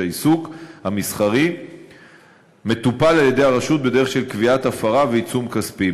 העיסוק המסחרי מטופל על-ידי הרשות בדרך של קביעת הפרה ועיצום כספי.